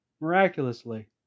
miraculously